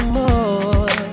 more